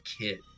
kid